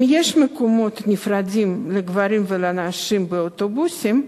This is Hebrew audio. אם יש מקומות נפרדים לגברים ולנשים באוטובוסים,